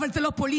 אבל זה לא פוליטי,